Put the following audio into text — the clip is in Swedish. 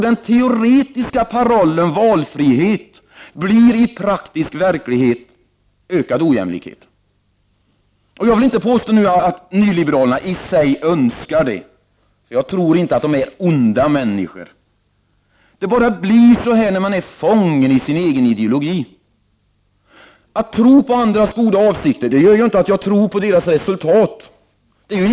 Den teoretiska parollen ”valfrihet” blir i praktisk verklighet ”ökad ojämlikhet”. Jag vill inte påstå att nyliberalerna i sig önskar detta. Jag tror inte att de är onda människor. Det bara blir så när man är fången i sin egen ideologi. Att tro på andras goda avsikter gör inte att jag tror på deras resultat.